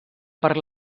per